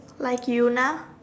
like Yoona